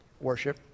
Worship